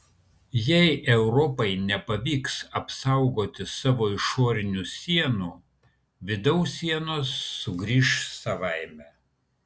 jei europai nepavyks apsaugoti savo išorinių sienų vidaus sienos sugrįš savaime